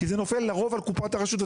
כי לרוב זה נופל על קופת הרשות,